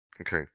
Okay